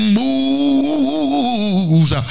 moves